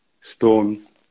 Storms